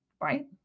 Right